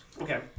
Okay